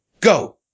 Go